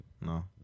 No